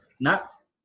Nuts